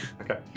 okay